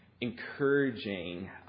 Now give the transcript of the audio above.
encouraging